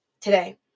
Today